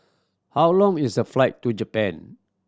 how long is the flight to Japan